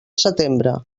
setembre